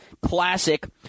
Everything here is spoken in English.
classic